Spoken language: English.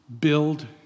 build